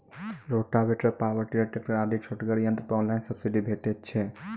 Rotavator, power tiller, tractor आदि छोटगर यंत्र पर ऑनलाइन सब्सिडी भेटैत छै?